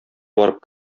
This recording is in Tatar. барып